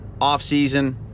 offseason